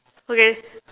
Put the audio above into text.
okay